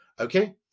Okay